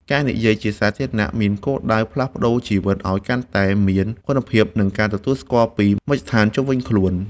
ការរៀននិយាយជាសាធារណៈមានគោលដៅផ្លាស់ប្តូរជីវិតឱ្យកាន់តែមានគុណភាព និងការទទួលស្គាល់ពីមជ្ឈដ្ឋានជុំវិញខ្លួន។